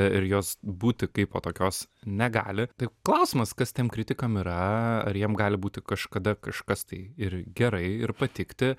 ir jos būti kaipo tokios negali tai klausimas kas tiem kritikam yra ar jiem gali būti kažkada kažkas tai ir gerai ir patikti